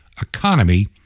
economy